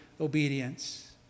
obedience